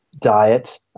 diet